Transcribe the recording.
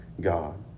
God